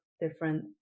different